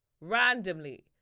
randomly